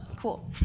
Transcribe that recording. Cool